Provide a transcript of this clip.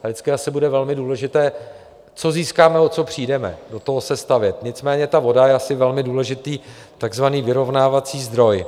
A vždycky asi bude velmi důležité, co získáme, o co přijdeme, do toho sestavit, nicméně ta voda je asi velmi důležitý takzvaný vyrovnávací zdroj.